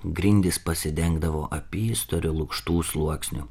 grindys pasidengdavo apystoriu lukštų sluoksniu